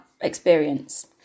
experience